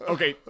Okay